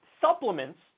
supplements